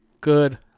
Good